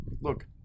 look